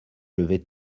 lever